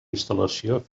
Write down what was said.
instal·lació